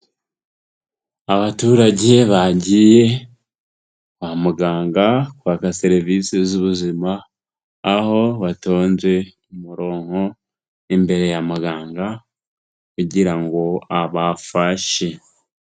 Abaturage bagiye kwa muganga kwaka serivisi z'ubuzima, aho batonze umurongo imbere ya muganga kugira ngo abafashe.